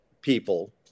people